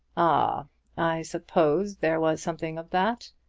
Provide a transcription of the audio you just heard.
ah i supposed there was something of that.